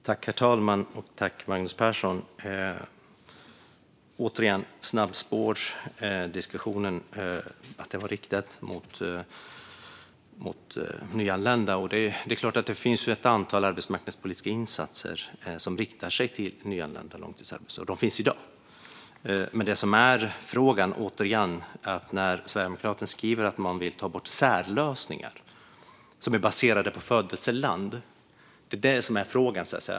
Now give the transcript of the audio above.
Herr talman! Återigen när det gäller snabbspårsdiskussionen och att detta var riktat till nyanlända: Det är klart att det finns ett antal arbetsmarknadspolitiska insatser som riktar sig till nyanlända långtidsarbetslösa. De finns i dag. Men frågan gäller, återigen, att Sverigedemokraterna skriver att man vill ta bort särlösningar som är baserade på födelseland. Det är det som är frågan.